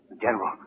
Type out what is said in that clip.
General